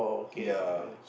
ya